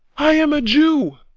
i am a jew.